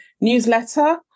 newsletter